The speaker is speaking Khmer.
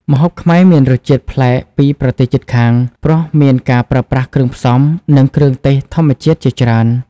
ម្ហូបខ្មែរមានរសជាតិប្លែកពីប្រទេសជិតខាង ព្រោះមានការប្រើប្រាស់គ្រឿងផ្សំ និងគ្រឿងទេសធម្មជាតិជាច្រើន។